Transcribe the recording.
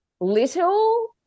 Little